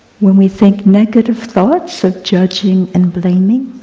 when we think negative thoughts of judging and blaming,